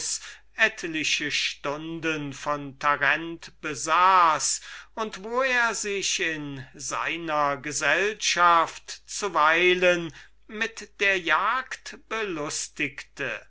zwo stunden von tarent besaß und wo er sich in seiner gesellschaft zuweilen mit der jagd belustigte